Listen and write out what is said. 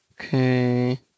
Okay